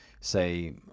say